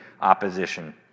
opposition